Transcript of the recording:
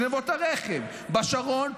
בשרון,